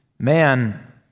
Man